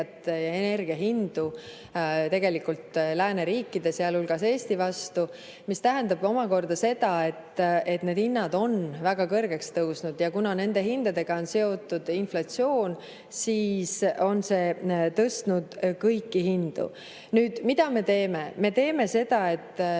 ja energiahindu lääneriikide, sealhulgas Eesti vastu. See tähendab omakorda seda, et need hinnad on väga kõrgele tõusnud ja kuna nende hindadega on seotud inflatsioon, siis on see tõstnud kõiki hindu. Mida me teeme? Me üritame